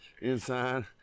inside